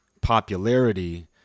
popularity